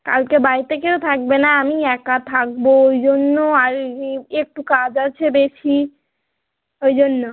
কালকে বাড়িতে কেউ থাকবে না আমি একা থাকবো ওই জন্য আর একটু কাজ আছে বেশি ওই জন্য